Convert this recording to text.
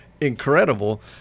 incredible